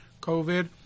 COVID